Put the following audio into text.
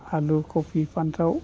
आलु खबि फान्थाव